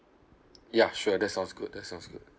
ya sure that sounds good that sounds good